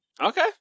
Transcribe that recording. Okay